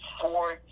four